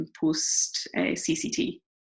post-CCT